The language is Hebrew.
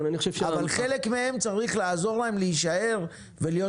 אבל חלק מהם צריך לעזור להם להישאר ולהיות